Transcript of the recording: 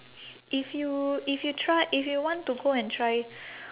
if you if you try if you want to go and try